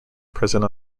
present